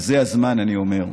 זה הזמן, אני אומר.